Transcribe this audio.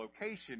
location